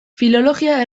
filologia